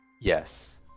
yes